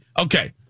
Okay